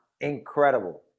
Incredible